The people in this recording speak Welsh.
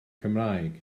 cymraeg